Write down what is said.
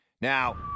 Now